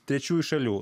trečiųjų šalių